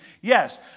Yes